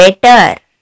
better